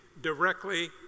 directly